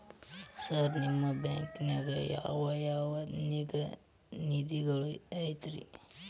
Sir ನಿಮ್ಮ ಬ್ಯಾಂಕನಾಗ ಯಾವ್ ಯಾವ ನಿಧಿಗಳು ಐತ್ರಿ?